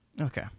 Okay